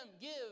give